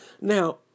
Now